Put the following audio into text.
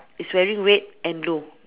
it's wearing red and blue